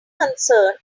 concern